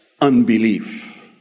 unbelief